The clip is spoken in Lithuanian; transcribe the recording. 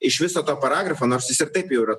iš viso to paragrafo nors jis ir taip jau yra